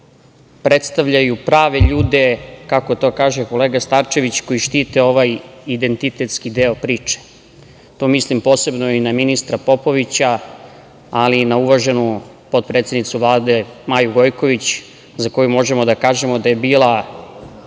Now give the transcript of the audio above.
predstavljaju prave ljude, kako to kaže kolega Starčević, koji štite ovaj identitetski deo priče. Tu mislim posebno i na ministra Popovića, ali i na uvaženu potpredsednicu Vlade Maju Gojković, za koju možemo da kažemo da je bila